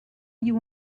you